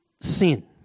sin